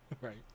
Right